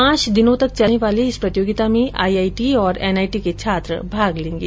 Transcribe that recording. पांच दिनों तक चलनेवाली इस प्रतियोगिता में आईआईटी और एनआईटी के छात्र भाग लेंगे